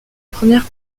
première